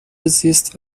زیست